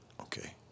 okay